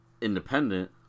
independent